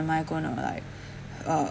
I gonna like uh